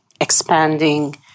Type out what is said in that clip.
expanding